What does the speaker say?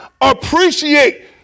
appreciate